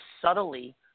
subtly